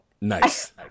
Nice